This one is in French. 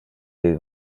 des